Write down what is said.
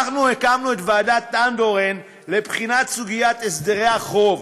הקמנו את ועדת אנדורן לבחינת סוגיית הסדרי החוב,